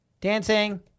dancing